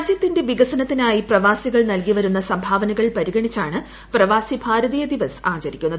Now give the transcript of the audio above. രാജ്യത്തിന്റെ വികസനത്തിനായി പ്രവാസികൾ നൽകി വരുന്ന സംഭാവനകൾ പരിഗണിച്ചാണ് പ്രവാസി ഭാരതീയ ദിവസ് ആചരിക്കുന്നത്